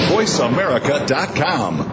VoiceAmerica.com